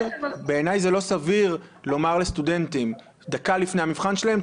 זה לא סביר לומר לסטודנטים דקה לפני המבחן שלהם,